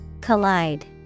Collide